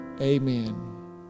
Amen